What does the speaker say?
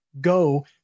go